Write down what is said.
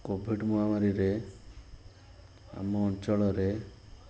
Covid ମହାମାରୀରେ ଆମ ଅଞ୍ଚଳରେ